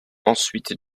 ensuite